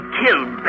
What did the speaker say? killed